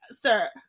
sir